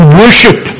worship